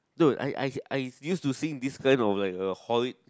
no I I I use to sing this kind of like a holick